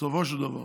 בסופו של דבר.